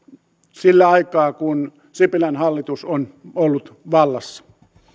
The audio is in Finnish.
sillä aikaa kun sipilän hallitus on ollut vallassa